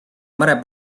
mare